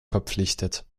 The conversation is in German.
verpflichtet